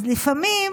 אז לפעמים,